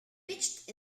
pitched